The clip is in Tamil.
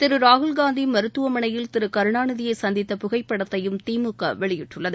திரு ராகுல்காந்தி மருத்துவமனையில் திரு கருணாநிதியை சந்தித்த புகைப்படத்தையும் திமுக வெளியிட்டுள்ளது